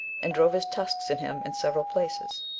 and drove his tusks in him in several places,